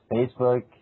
Facebook